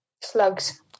slugs